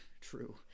true